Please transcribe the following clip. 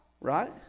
right